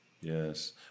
Yes